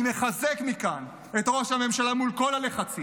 אני מחזק מכאן את ראש הממשלה מול כל הלחצים,